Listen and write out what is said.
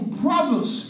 brothers